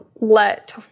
let